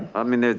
i mean,